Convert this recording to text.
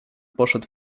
poszedł